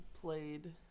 played